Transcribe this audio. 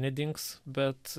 nedings bet